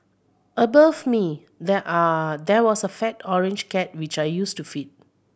above me there are there was a fat orange cat which I used to feed